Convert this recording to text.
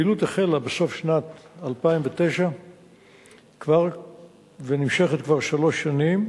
הפעילות החלה בסוף שנת 2009 ונמשכת כבר שלוש שנים,